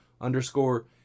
underscore